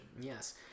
Yes